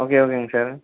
okay ஓகேங்க sir